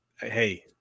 hey